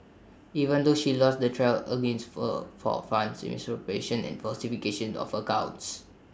even though she lost the trial against fur for funds misappropriation and falsification of accounts